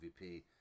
MVP